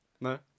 No